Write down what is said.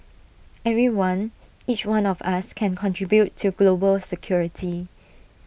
everyone each one of us can contribute to global security